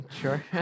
Sure